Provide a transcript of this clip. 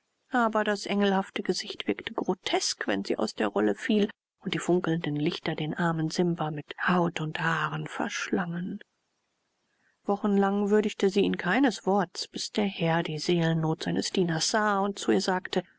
aber das engelhafte gesicht wirkte grotesk wenn sie aus der rolle fiel und die funkelnden lichter den armen simba mit haut und haar verschlangen wochenlang würdigte sie ihn keines worts bis der herr die seelennot seines dieners sah und zu ihr sagte